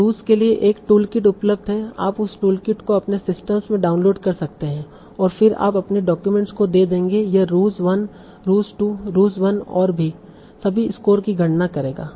तो रूज के लिए एक टूलकिट उपलब्ध है आप उस टूलकिट को अपने सिस्टम में डाउनलोड कर सकते हैं और फिर आप सभी डाक्यूमेंट्स को दे देंगे यह रूज 1 रूज 2 रूज 1 और भी सभी स्कोर की गणना करेगा